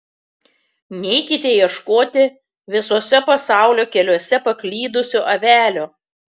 neikite ieškoti visuose pasaulio keliuose paklydusių avelių